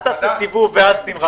אל תעשה סיבוב ואז תמרח אותנו.